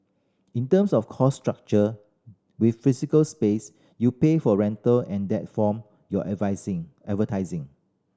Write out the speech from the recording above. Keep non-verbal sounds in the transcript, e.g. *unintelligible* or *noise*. in terms of cost structure with physical space you pay for rental and that form your *unintelligible* advertising